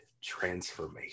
transformation